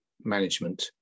management